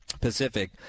Pacific